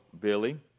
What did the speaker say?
Billy